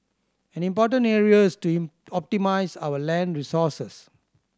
an important areas to optimise our land resources